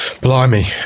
blimey